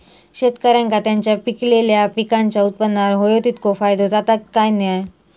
शेतकऱ्यांका त्यांचा पिकयलेल्या पीकांच्या उत्पन्नार होयो तितको फायदो जाता काय की नाय?